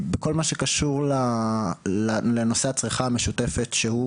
בכל מה שקשור לנושא הצריכה המשותפת שהוא